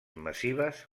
massives